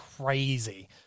crazy